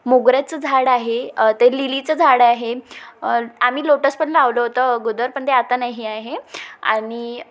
मोगऱ्याचं झाड आहे ते लिलीचं झाड आहे आम्ही लोटस पण लावलं होतं अगोदर पण ते आता नाही आहे आणि